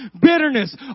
bitterness